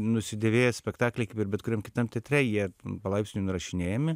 nusidėvėję spektakliai kaip ir bet kuriam kitam teatre jie palaipsniui nurašinėjami